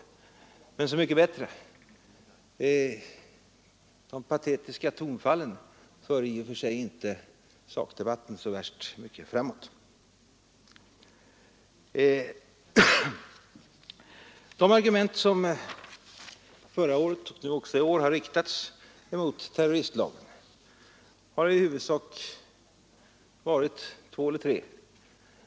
Så mycket bättre — de patetiska tonfallen för i och för sig inte sakdebatten så värst mycket framåt. De huvudsakliga argument som förra året och även i år riktats mot terroristlagen har varit två eller tre.